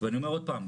ואני אומר עוד הפעם,